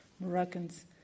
Moroccans